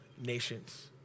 nations